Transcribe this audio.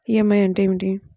EMI అంటే ఏమిటి?